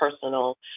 personal